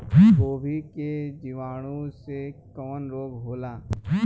गोभी में जीवाणु से कवन रोग होला?